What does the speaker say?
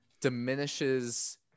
diminishes